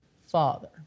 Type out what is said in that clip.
Father